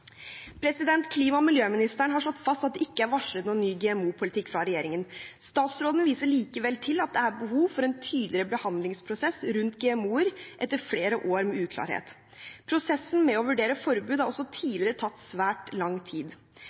Klima- og miljøministeren har slått fast at det ikke er varslet noen ny GMO-politikk fra regjeringen. Statsråden viser likevel til at er behov for en tydeligere behandlingsprosess rundt GMO-er etter flere år med uklarhet. Prosessen med å vurdere forbud har også tidligere tatt svært lang tid.